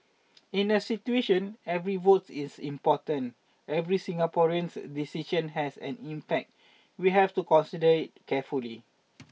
in a situation every vote is important every Singaporean's decision has an impact we have to consider it carefully